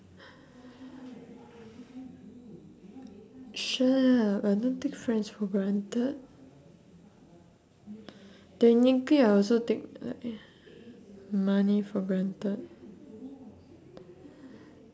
shut up I don't take friends for granted technically I also take uh eh money for granted